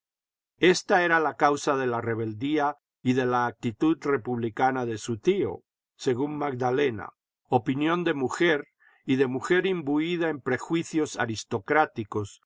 esta era la causa de la rebeldía y de la actitud republicana de su tío según magdalena opinión de mujer y de mxujer imbuida en prejuicios aristocráticos